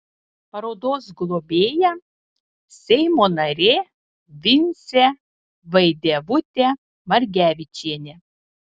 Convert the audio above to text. parodos globėja seimo narė vincė vaidevutė margevičienė